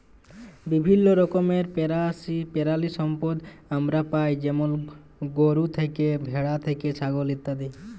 বিভিল্য রকমের পেরালিসম্পদ আমরা পাই যেমল গরু থ্যাকে, ভেড়া থ্যাকে, ছাগল ইত্যাদি